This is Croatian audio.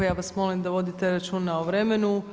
Ja vas molim da vodite računa o vremenu.